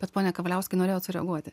bet pone kavaliauskai norėjot sureaguoti